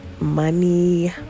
money